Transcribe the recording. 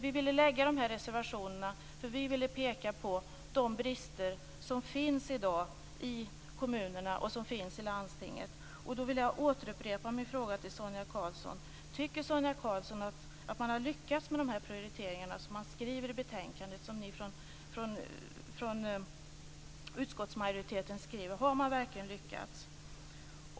Vi ville avge de här reservationerna därför att vi ville visa på de brister som i dag finns i kommunerna och i landstingen. Jag vill då upprepa min fråga till Sonia Karlsson: Tycker Sonia Karlsson verkligen att ni från utskottsmajoriteten har lyckats med de här prioriteringarna, som ni skriver i betänkandet?